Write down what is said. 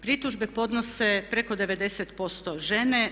Pritužbe podnose preko 90% žene.